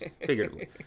figuratively